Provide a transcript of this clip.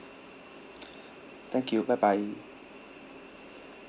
thank you bye bye